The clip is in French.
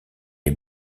les